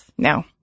No